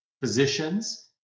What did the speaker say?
physicians